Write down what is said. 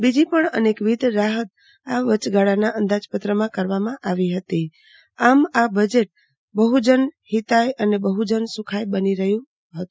બીજી પણ અનેકવિધ રાહત આ વચગાળાના અંદાજપત્રમાં કરવામાં આવી હતી આમ આ બજેટ બહુજન હિતાય અને બહુજન સુખાય બની રહ્યું છે